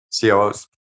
COOs